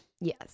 Yes